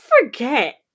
forget